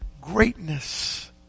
Greatness